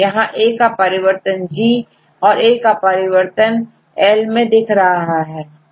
यहांA का परिवर्तनG तथा Aका परिवर्तनL मैं दिख रहा है